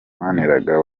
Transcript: maniragaba